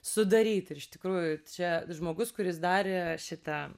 sudaryt ir iš tikrųjų čia žmogus kuris darė šitą